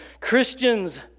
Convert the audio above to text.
Christians